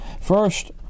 First